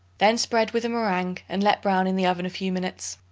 then spread with a meringue and let brown in the oven a few minutes.